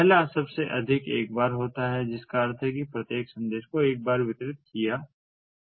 पहला सबसे अधिक एक बार होता है जिसका अर्थ है कि प्रत्येक संदेश को एक बार वितरित किया जाता है